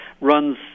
runs